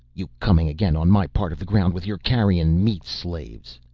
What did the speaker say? you coming again on my part of the ground with your carrion-meat slaves!